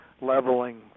leveling